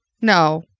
No